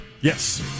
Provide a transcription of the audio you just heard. yes